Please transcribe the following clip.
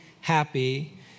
Happy